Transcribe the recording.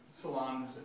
salons